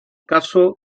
caso